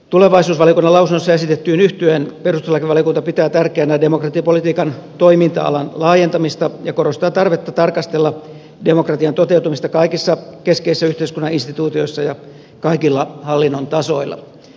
tulevaisuusvaliokunnan lausunnossa esitettyyn yhtyen perustuslakivaliokunta pitää tärkeänä demokratiapolitiikan toiminta alan laajentamista ja korostaa tarvetta tarkastella demokratian toteutumista kaikissa keskeisissä yhteiskunnan instituutioissa ja kaikilla hallinnon tasoilla